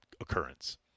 occurrence